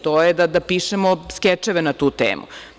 To je da pišemo skečeve na tu temu.